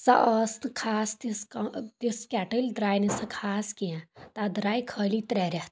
سۄ ٲس نہٕ خاص تِژھ کم تژھ کیٚٹٕلۍ درٛایہِ نہ سۄ کینٛہہ تتھ دراے خٲلی ترٛےٚ رٮ۪تھ